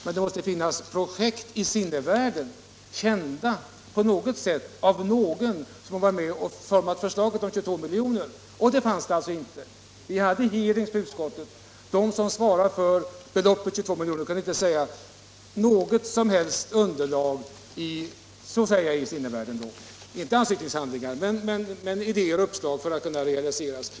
Men det måste finnas idéer i sinnevärlden, kända av någon som varit med och utformat för slaget. Sådana finns det inte. Vi hade hearings i utskottet. De som svarade för beloppet 22 milj.kr. kunde inte ge något som helst underlag, inte ens i form av idéer och uppslag.